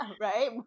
right